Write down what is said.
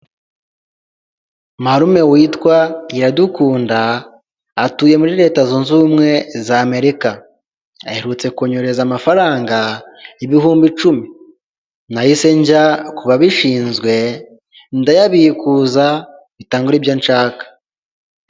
Marume witwa Iradukunda atuye muri leta zunze ubumwe za Amerika, aherutse kunyohererereza amafaranga ibihumbi icumi, nahise njya kubabishinzwe ndayabikuza mpita ngura ibyo nshaka.